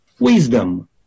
wisdom